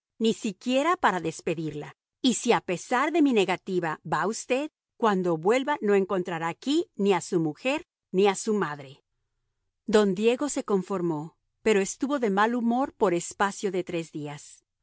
ni siquiera para despedirla y si a pesar de mi negativa va usted cuando vuelva no encontrará aquí ni a su mujer ni a su madre don diego se conformó pero estuvo de mal humor por espacio de tres días